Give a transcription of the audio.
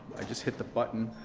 i just hit the button,